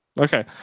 Okay